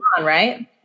right